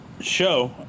show